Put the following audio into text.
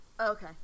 Okay